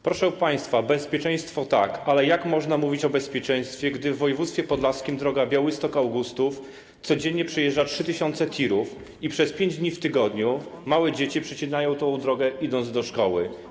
Proszę państwa, bezpieczeństwo: tak, ale jak można mówić o bezpieczeństwie, gdy w województwie podlaskim drogą Białystok - Augustów codziennie przejeżdża 3 tys. TIR-ów i przez 5 dni w tygodniu małe dzieci przecinają tę drogą, idąc do szkoły?